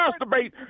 masturbate